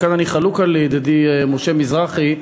כאן אני חלוק על ידידי משה מזרחי,